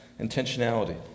intentionality